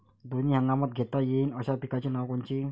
दोनी हंगामात घेता येईन अशा पिकाइची नावं कोनची?